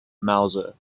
mouser